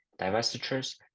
divestitures